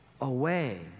away